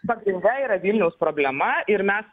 pagrinde yra vilniaus problema ir mes